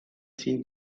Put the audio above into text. teen